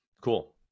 Cool